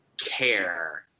care